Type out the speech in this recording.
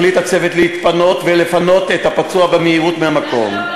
החליט הצוות להתפנות ולפנות את הפצוע במהירות מהמקום.